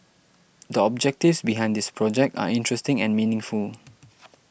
the objectives behind this project are interesting and meaningful